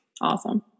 awesome